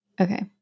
Okay